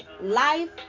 life